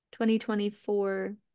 2024